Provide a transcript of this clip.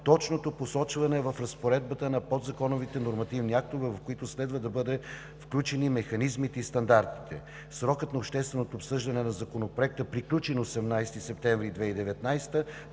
точното посочване в разпоредбата на подзаконовите нормативни актове, в които следва да бъдат включени механизмите и стандартите. Срокът на общественото обсъждане на Законопроекта приключи на 18 септември 2019